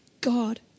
God